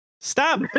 Stop